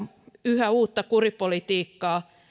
yhä uutta kuripolitiikkaa